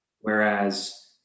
Whereas